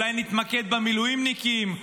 אולי נתמקד במילואימניקים?